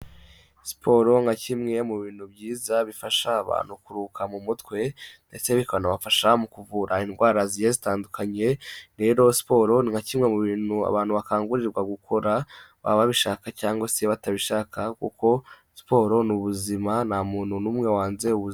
Siporo nka kimwe mu bintu byiza bifasha abantu kuruhuka mu mutwe ndetse bikanabafasha mu kuvura indwara zigiye zitandukanye, rero siporo ni nka kimwe mu bintu abantu bakangurirwa gukora, baba babishaka cyangwa se batabishaka kuko siporo ni ubuzima, nta muntu n'umwe wanze ubuzima.